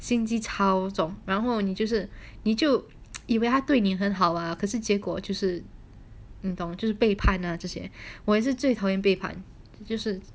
心机超重然后你就是你就以为他对你很好啊可是结果就是你懂就是被背板这些我也是最讨厌背叛就是